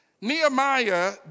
Nehemiah